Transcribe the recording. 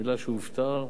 המלה "שהופטר"